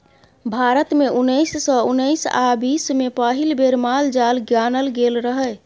भारत मे उन्नैस सय उन्नैस आ बीस मे पहिल बेर माल जाल गानल गेल रहय